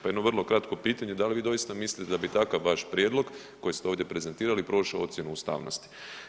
Pa jedno vrlo kratko pitanje, da li vi doista mislite da bi takav vaš prijedlog koji ste ovdje prezentirali prošao ocjenu ustavnosti?